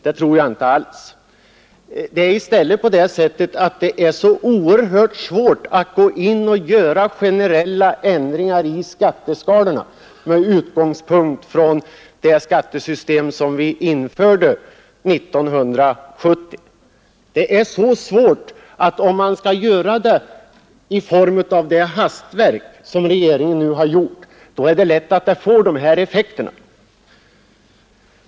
Det är i stället på det sättet att det är så oerhört svårt att gå in och göra generella ändringar i skatteskalorna med utgångspunkt i det skattesystem som vi införde 1970. Gör man det i form av ett hastverk, som regeringen nu har gjort, får det lätt dessa effekter.